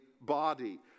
body